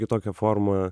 kitokia forma